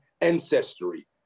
ancestry